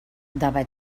dabei